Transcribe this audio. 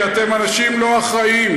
כי אתם אנשים לא אחראיים.